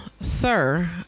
sir